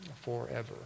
forever